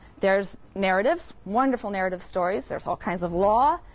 there's narrative, wonderful narrative stories. there's all kinds of law.